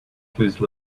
please